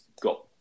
got